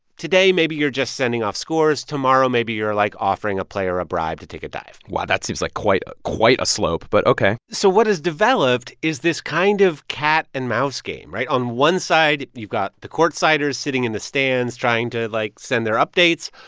today, maybe you're just sending off scores. tomorrow, maybe you're, like, offering a player a bribe to take a dive wow, that seems like quite a quite a slope, but ok so what has developed is this kind of cat-and-mouse game, right? on one side, you've got the courtsiders sitting in the stands, trying to, like, send their updates.